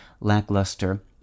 lackluster